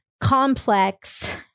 complex